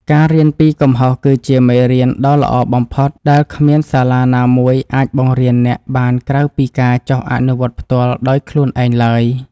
ការរៀនពីកំហុសគឺជាមេរៀនដ៏ល្អបំផុតដែលគ្មានសាលាណាមួយអាចបង្រៀនអ្នកបានក្រៅពីការចុះអនុវត្តផ្ទាល់ដោយខ្លួនឯងឡើយ។